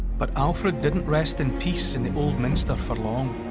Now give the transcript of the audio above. but alfred didn't rest in peace in the old minster for long.